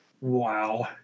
wow